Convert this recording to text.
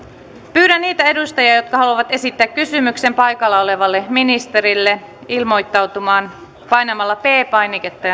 pyydän niitä edustajia jotka haluavat esittää kysymyksen paikalla olevalle ministerille ilmoittautumaan nousemalla seisomaan ja painamalla p painiketta